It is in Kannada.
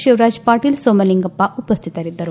ಶಿವರಾಜ ಪಾಟೀಲ್ ಸೋಮಲಿಂಗಪ್ಪ ಉಪಸ್ನಿತರಿದ್ದರು